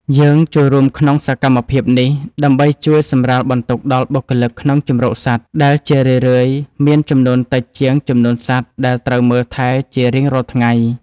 យើងចូលរួមក្នុងសកម្មភាពនេះដើម្បីជួយសម្រាលបន្ទុកដល់បុគ្គលិកក្នុងជម្រកសត្វ ដែលជារឿយៗមានចំនួនតិចជាងចំនួនសត្វដែលត្រូវមើលថែជារៀងរាល់ថ្ងៃ។